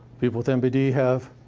people with mpd have